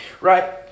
right